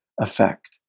effect